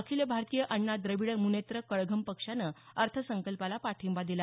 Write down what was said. अखिल भारतीय अण्णा द्रविड मुनेत्र कळघम पक्षानं अर्थसंकल्पाला पाठिंबा दिला